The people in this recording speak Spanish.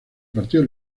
partido